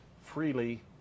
freely